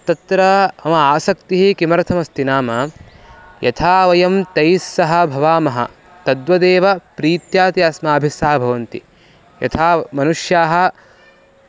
तत्र मम आसक्तिः किमर्थमस्ति नाम यथा वयं तैस्सह भवामः तद्वदेव प्रीत्या ते अस्माभिः सह भवन्ति यथा मनुष्याः